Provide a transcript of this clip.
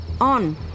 on